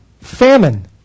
famine